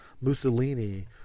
Mussolini